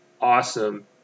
awesome